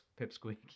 Pipsqueak